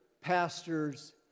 pastors